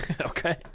Okay